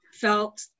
felt